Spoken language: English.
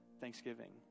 thanksgiving